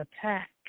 attack